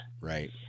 Right